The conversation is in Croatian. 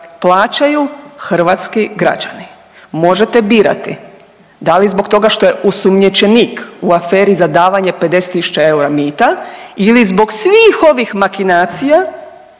plaćaju hrvatski građani? Možete birati, da li zbog toga što je osumnjičenik u aferi za davanje 50 tisuća eura mita ili zbog svih ovih makinacija